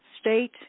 state